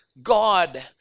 God